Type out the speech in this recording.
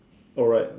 oh right